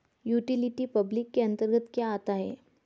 Utility public के अंतर्गत क्या आता है?